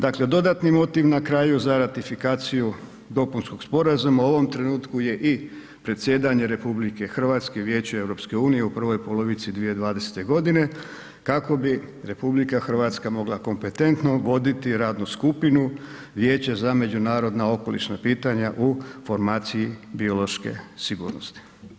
Dakle, dodatni motiv na kraju za ratifikaciju dopunskog sporazuma u ovom trenutku je i predsjedanje RH Vijećem EU u prvoj polovici 2020. godine kako bi RH mogla kompetentno voditi radnu skupinu Vijeća za međunarodna okolišna pitanja u formaciji biološke sigurnosti.